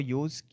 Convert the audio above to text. use